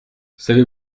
savez